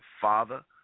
father